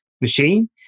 machine